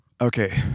Okay